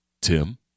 Tim